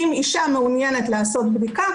אם אישה מעוניינת לעשות בדיקה,